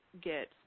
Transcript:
get